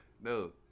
No